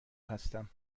هستم